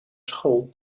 school